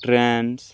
trends